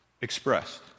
expressed